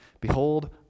Behold